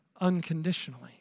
unconditionally